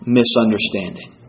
misunderstanding